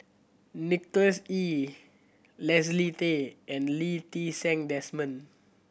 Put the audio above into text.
Nicholas Ee Leslie Tay and Lee Ti Seng Desmond